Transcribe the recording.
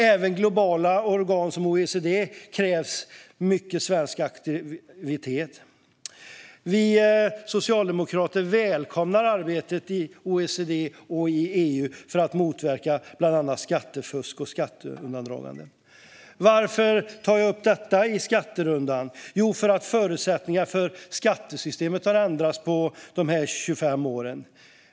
Även i globala organ som OECD krävs mycket svensk aktivitet. Vi socialdemokrater välkomnar arbetet i OECD och EU för att motverka bland annat skattefusk och skatteundandragande. Varför tar jag upp detta i skatterundan? Jo, för att förutsättningarna för skattesystemet har ändrats på de 25 åren.